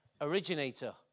originator